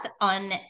on